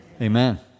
Amen